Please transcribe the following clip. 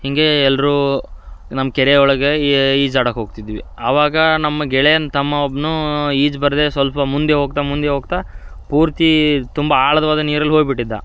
ಹೀಗೆ ಎಲ್ಲರೂ ನಮ್ಮ ಕೆರೆಯೊಳಗೆ ಈ ಈಜು ಆಡಕೆ ಹೋಗ್ತಿದ್ವಿ ಆವಾಗ ನಮ್ಮ ಗೆಳೆಯನ ತಮ್ಮ ಒಬ್ಬ ಈಜು ಬರದು ಸ್ವಲ್ಪ ಮುಂದೆ ಹೋಗ್ತಾ ಮುಂದೆ ಹೋಗ್ತಾ ಪೂರ್ತಿ ತುಂಬ ಆಳದ ಒಳಗೆ ನೀರಲ್ಲಿ ಹೋಗಿಬಿಟ್ಟಿದ್ದ